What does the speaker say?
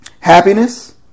happiness